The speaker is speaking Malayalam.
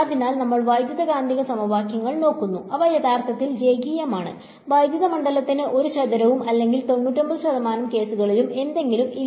അതിനാൽ നമ്മൾ വൈദ്യുതകാന്തിക സമവാക്യങ്ങൾ നോക്കുന്നു അവ യഥാർത്ഥത്തിൽ രേഖീയമാണ് വൈദ്യുത മണ്ഡലത്തിന് ഒരു ചതുരവും അല്ലെങ്കിൽ 99 ശതമാനം കേസുകളിലും എന്തെങ്കിലും ഇല്ല